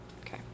Okay